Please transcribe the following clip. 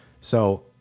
So-